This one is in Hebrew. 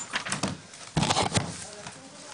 בשעה 13:26.